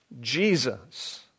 Jesus